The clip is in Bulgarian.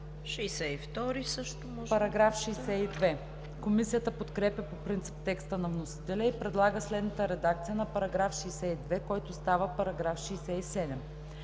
Комисията подкрепя по принцип текста на вносителя и предлага следната редакция на § 62, който става § 67: „§ 67.